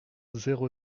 zéro